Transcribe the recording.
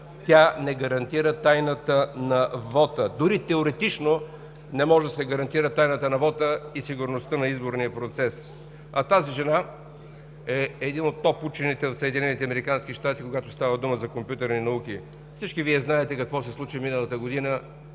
тя не гарантира тайната на вота. Дори теоретично не може да се гарантира тайната на вота и сигурността на изборния процес, а тази жена е един от топ учените в Съединените американски щати, когато става дума за компютърни науки. Всички Вие знаете какво се случи миналата година,